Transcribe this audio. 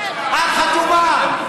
את חתומה.